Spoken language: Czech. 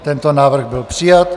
Tento návrh byl přijat.